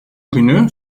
günü